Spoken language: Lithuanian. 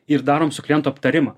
ir darom su klientu aptarimą